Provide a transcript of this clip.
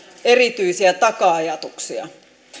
erityisiä taka ajatuksia